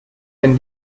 wenn